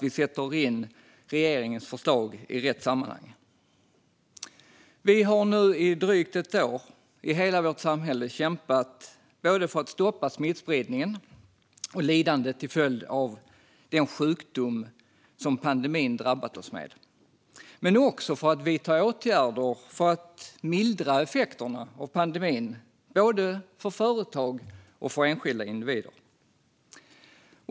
I drygt ett år har hela vårt samhälle kämpat för att stoppa smittspridningen och det sjukdomslidande pandemin orsakat och för att vidta åtgärder som mildrar pandemins effekter på företag och enskilda individer.